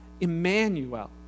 Emmanuel